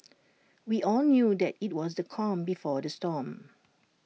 we all knew that IT was the calm before the storm